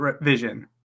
vision